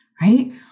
right